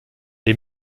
les